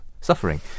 suffering